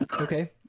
okay